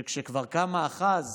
שכשכבר קם מאחז